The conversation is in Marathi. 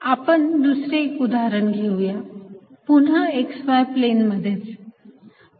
आपण दुसरे एक उदाहरण घेऊया पुन्हा x y प्लेन मध्येच